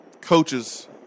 coaches